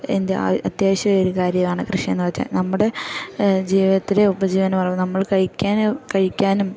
എൻ്റെ അത്യാവശ്യമൊരു കാര്യമാണ് കൃഷിയെന്നു വെച്ചാൽ നമ്മുടെ ജീവിതത്തിലെ ഉപജീവനം പറ നമ്മൾ കഴിക്കാൻ കഴിക്കാനും